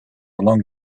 along